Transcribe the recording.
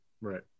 Right